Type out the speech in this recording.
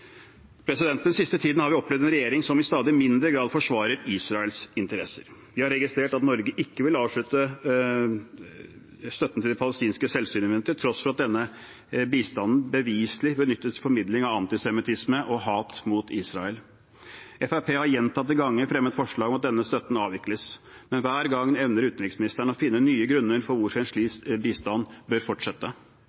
Den siste tiden har vi opplevd en regjering som i stadig mindre grad forsvarer Israels interesser. Vi har registrert at Norge ikke vil avslutte støtten til de palestinske selvstyremyndigheter, til tross for at denne bistanden beviselig benyttes til formidling av antisemittisme og hat mot Israel. Fremskrittspartiet har gjentatte ganger fremmet forslag om at denne støtten avvikles, men hver gang evner utenriksministeren å finne nye grunner for hvorfor en slik